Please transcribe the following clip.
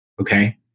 okay